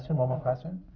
so um question?